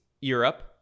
Europe